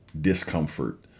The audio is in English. discomfort